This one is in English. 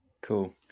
Cool